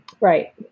Right